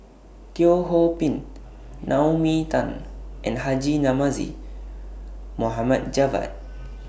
Teo Ho Pin Naomi Tan and Haji Namazie Mohd Javad